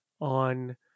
on